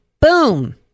Boom